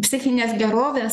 psichinės gerovės